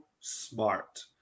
smart